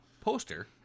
poster